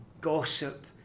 gossip